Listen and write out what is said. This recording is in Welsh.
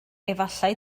efallai